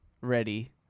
ready